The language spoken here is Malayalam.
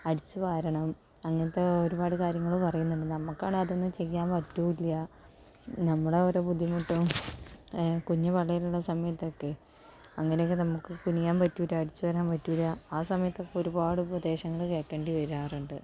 അടിച്ചു വാരണം അങ്ങനത്തെ ഒരുപാട് കാര്യങ്ങള് പറയുന്നുണ്ട് നമുക്കാണേൽ അതൊന്നും ചെയ്യാൻ പറ്റുകയും ഇല്ല നമ്മടെ ഓരോ ബുദ്ധിമുട്ടും കുഞ്ഞു പള്ളേലുള്ള സമയത്തൊക്കെ അങ്ങനെയൊക്കെ നമുക്ക് കുനിയാൻ പറ്റില്ല അടിച്ചു വാരാൻ പറ്റില്ല ആ സമയത്തൊക്കെ ഒരുപാട് ഉപദേശങ്ങൾ കേൾക്കേണ്ടി വരാറുണ്ട്